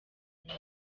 leta